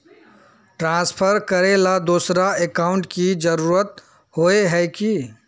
Transfer करेला दोसर account की जरुरत होय है की?